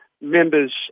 members